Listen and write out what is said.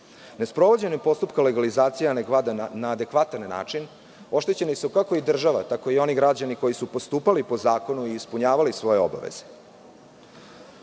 Nesprovođenjem postupka legalizacije na adekvatan način oštećeni su kako i država tako i oni građani koji su postupali po zakonu i ispunjavali svoje obaveze.